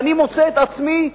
ואני מוצא את עצמי,